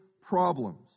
problems